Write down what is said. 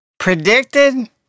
Predicted